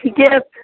ठीके छै